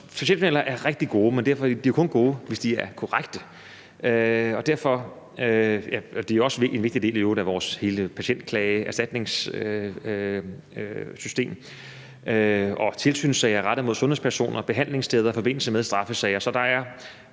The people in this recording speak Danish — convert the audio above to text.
patientjournaler er rigtig gode, men de er jo kun gode, hvis de er korrekte. De er i øvrigt også en vigtig del af hele vores patientklage- og erstatningssystem og tilsynssager rettet mod sundhedspersoner og behandlingssteder i forbindelse med straffesager.